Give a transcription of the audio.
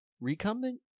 recumbent